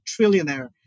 trillionaire